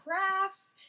crafts